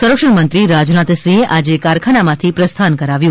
સંરક્ષણમંત્રી રાજનાથસિંહે આજે કારખાનામાંથી પ્રસ્થાન કરાવ્યું